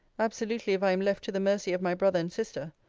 absolutely if i am left to the mercy of my brother and sister,